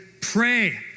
pray